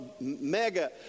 mega